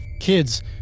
Kids